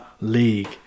league